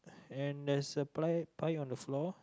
and there's a pie pie on the floor